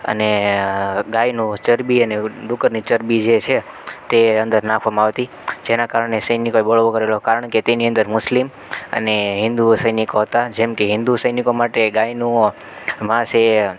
અને ગાયનું ચરબી અને ડુક્કરની ચરબી જે છે તે અંદર નાખવામાં આવતી જેનાં કારણે સૈનિકોએ બળવો કરેલો કારણ કે તેની અંદર મુસ્લિમ અને હિન્દુઓ સૈનિકો હતા જેમ કે હિન્દુ સૈનિકો માટે ગાયનું માંસ એ